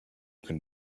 can